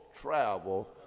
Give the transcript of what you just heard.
travel